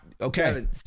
Okay